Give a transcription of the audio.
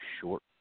short